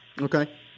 Okay